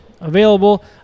available